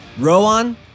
Rowan